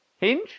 Hinge